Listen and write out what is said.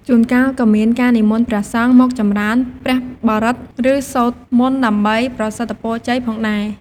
ជួនកាលក៏មានការនិមន្តព្រះសង្ឃមកចំរើនព្រះបរិត្ត ឬសូត្រមន្តដើម្បីប្រសិទ្ធពរជ័យផងដែរ។